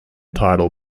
title